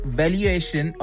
valuation